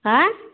হাঁ